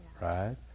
right